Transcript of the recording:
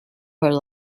her